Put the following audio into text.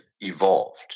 evolved